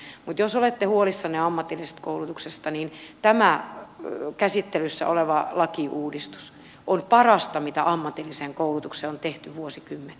mutta jos olette huolissanne ammatillisesta koulutuksesta niin tämä käsittelyssä oleva lakiuudistus on parasta mitä ammatilliseen koulutukseen on tehty vuosikymmeniin